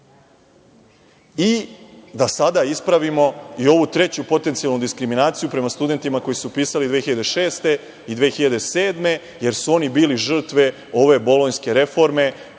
I da sada ispravimo i ovu treću potencijalnu diskriminaciju prema studentima koji su upisali 2006. i 2007. godine jer su oni bili žrtve ove bolonjske reforme